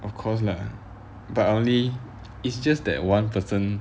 of course lah but only it's just that one person